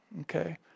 okay